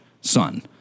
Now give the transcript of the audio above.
son